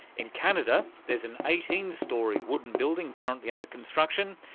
in canada there's an eighteen storey wooden building currently under construction.